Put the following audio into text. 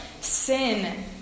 sin